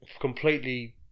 completely